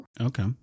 Okay